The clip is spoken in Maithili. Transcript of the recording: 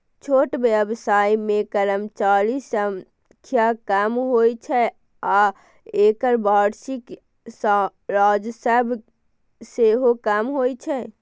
छोट व्यवसाय मे कर्मचारीक संख्या कम होइ छै आ एकर वार्षिक राजस्व सेहो कम होइ छै